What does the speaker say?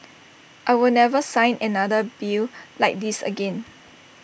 I will never sign another bill like this again